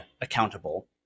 accountable